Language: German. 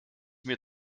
mir